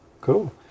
cool